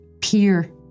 peer